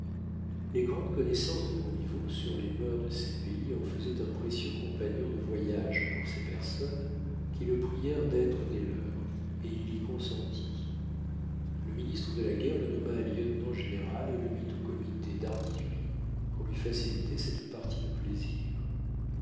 les grandes connaissances de montriveau sur les mœurs de ces pays en faisaient un précieux compagnon de voyage pour ces personnes qui le prièrent d'être des leurs et il y consentit le ministre de la guerre le nomma lieutenant-général et le mit au comité d'artillerie pour lui faciliter cette partie de plaisir